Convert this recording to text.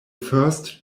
first